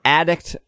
addict